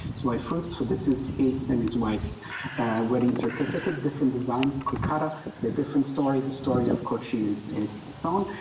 so i fruit so this is his and his wife's ah wedding certificate different design kolkata a different story the story of kochi is it's its own.